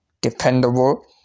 dependable